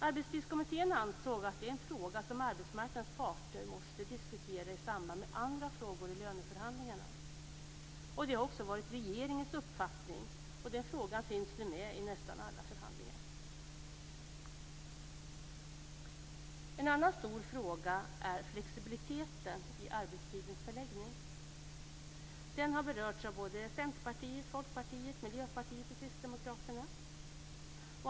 Arbetstidskommittén ansåg att det är en fråga som arbetsmarknadens parter måste diskutera i samband med andra frågor i löneförhandlingarna. Det har också varit regeringens uppfattning. Den frågan finns nu med i nästan alla förhandlingar. En annan stor fråga är flexibiliteten i arbetstidens förläggning. Den har berörts av Centerpartiet, Folkpartiet, Miljöpartiet och Kristdemokraterna.